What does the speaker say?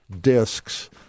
discs